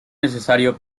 necesario